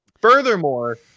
Furthermore